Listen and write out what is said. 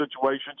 situations